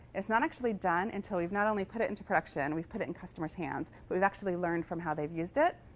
it's not actually done until we've not only put into production, we've put it in customers' hands but we've actually learned from how they've used it.